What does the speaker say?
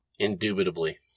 Indubitably